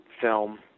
film